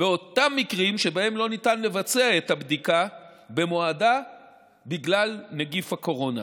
באותם מקרים שבהם לא ניתן לבצע את הבדיקה במועדה בגלל נגיף הקורונה,